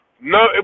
No